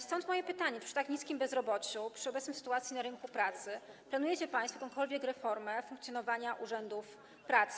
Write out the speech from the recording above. Stąd moje pytanie: Czy przy tak niskim bezrobociu, w obecnej sytuacji na rynku pracy planujecie państwo jakąkolwiek reformę funkcjonowania urzędów pracy?